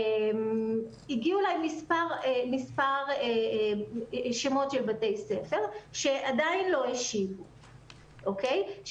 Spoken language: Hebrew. הגיעו אלי מספר שמות של בתי ספר שעדיין לא השיבו כספים.